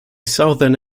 southern